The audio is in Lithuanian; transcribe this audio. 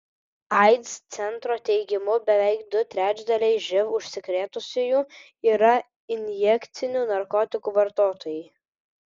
aids centro teigimu beveik du trečdaliai živ užsikrėtusiųjų yra injekcinių narkotikų vartotojai